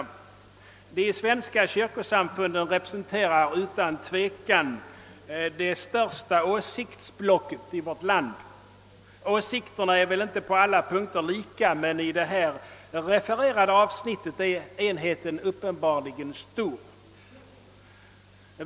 De svenska kyrkosamfunden representerar utan tvivel det största åsiktsblocket i vårt land. Åsikterna är väl inte på alla punkter lika, men i det här refererade avsnittet är enhetligheten uppenbarligen stor.